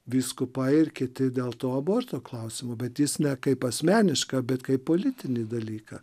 vyskupai ir kiti dėl to aborto klausimu bet jis ne kaip asmenišką bet kaip politinį dalyką